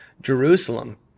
Jerusalem